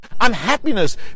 unhappiness